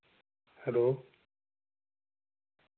hello